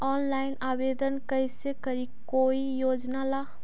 Online आवेदन कैसे करी कोई योजना ला?